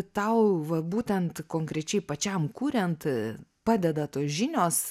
tau va būtent konkrečiai pačiam kuriant padeda tos žinios